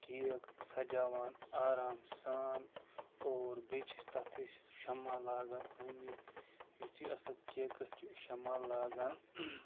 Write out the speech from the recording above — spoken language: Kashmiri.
کیک سجاوان آرام سان اور بییٚہِ چھِ أسۍ تتھ أسۍ شمع لاگان أنٛدۍ أنٛدۍ یتھے أسۍ اتھ کیکس چھِ شمع لاگان